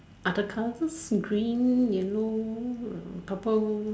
other colours green yellow uh purple